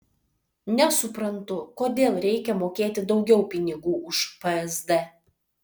nesuprantu kodėl reikia mokėti daugiau pinigų už psd